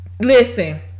listen